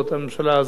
הממשלה הבאה,